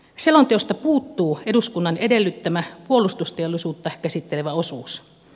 selonteosta puuttuu eduskunnan edellyttämä puolustusteollisuutta käsittelevä osuus